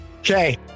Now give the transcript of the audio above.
Okay